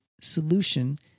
solution